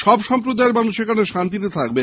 সব সম্প্রদায়ের মানুষ এখানে শান্তিতে থাকবে